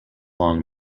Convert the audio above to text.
long